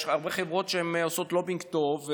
יש הרבה חברות שעושות לובינג טוב,